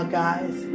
guys